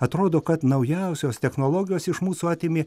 atrodo kad naujausios technologijos iš mūsų atėmė